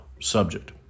subject